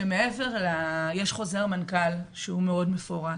חוזר מנכ"ל מאוד מפורט